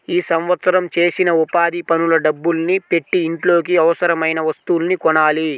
ఈ సంవత్సరం చేసిన ఉపాధి పనుల డబ్బుల్ని పెట్టి ఇంట్లోకి అవసరమయిన వస్తువుల్ని కొనాలి